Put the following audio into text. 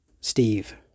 Steve